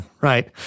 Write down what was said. right